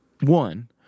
One